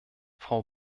frau